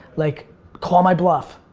like call my bluff.